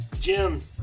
Jim